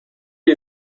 you